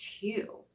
two